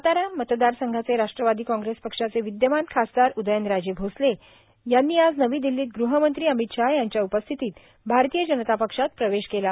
सातारा मतदार संघाचे राष्ट्रवादी काँग्रेस पक्षाचे विद्यमान खासदार उदयनराजे भोसले यांनी आज नवी दिल्लीत गृहमंत्री अमित शाह यांच्या उपस्थितीत भारतीय जनता पक्षात प्रवेश केला